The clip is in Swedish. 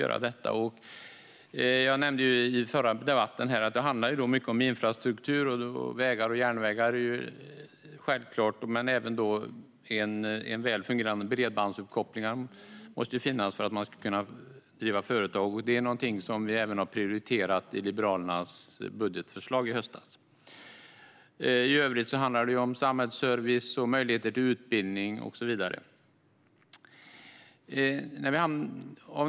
I den föregående debatten nämnde jag att det handlar mycket om infrastruktur - självklart vägar och järnvägar, men det måste även finnas en välfungerande bredbandsuppkoppling om man ska kunna driva företag. Detta prioriterade Liberalerna i sitt budgetförslag i höstas. I övrigt handlar det om samhällsservice och möjligheter till utbildning och så vidare.